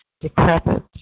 decrepit